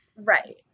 Right